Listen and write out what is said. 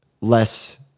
less